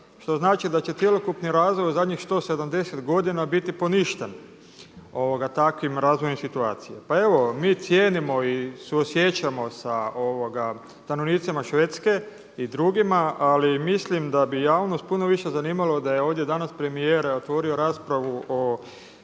Što znači da će cjelokupni razvoj u zadnjih 170 godina biti poništen takvim razvojem situacije. Pa evo mi cijenimo i suosjećamo sa stanovnicima Švedske i drugima ali mislim da bi javnost puno više zanimalo da je ovdje danas premijer otvorio raspravu